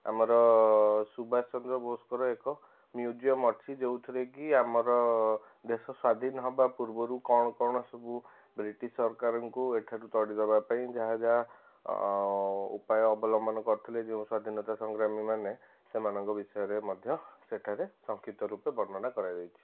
ଆମର ସୁବାଷ ଚନ୍ଦ୍ର ବୋଷଙ୍କର ଏକ ମିଉଜିଅମ ଅଛି ଯେଉଁଥିରେକି ଆମର ଦେଶ ସ୍ୱାଧୀନ ହେବା ପୂର୍ବରୁ କ'ଣ କ'ଣ ସବୁ ବ୍ରିଟିଶ ସରକାରଙ୍କୁ ଏଠାରୁ ତଡ଼ି ଦେବା ପାଇଁ ଯାହା ଯାହା ଉପାୟ ଅବଲମ୍ବନ କରିଥିଲେ ଯେଉଁ ସ୍ୱାଧୀନତା ସଂଗ୍ରାମୀମାନେ ସେମାନଙ୍କ ବିଷୟରେ ମଧ୍ୟ ସେଠାରେ ସଂକ୍ଷିପ୍ତ ରୂପେ ବର୍ଣ୍ଣନା କରାଯାଇଛି